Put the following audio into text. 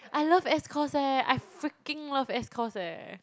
I love S-course eh I freaking love S-course eh